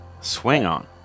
Swing-on